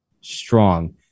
strong